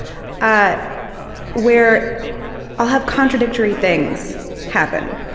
ah where i'll have contradictory things happen,